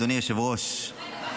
אדוני היושב-ראש --- רגע,